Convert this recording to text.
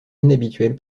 inhabituelle